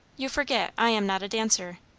you forget, i am not a dancer.